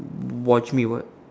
watch me what